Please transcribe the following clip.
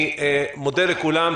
אני מודה לכולם.